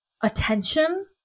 attention